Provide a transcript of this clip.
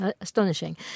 Astonishing